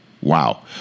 Wow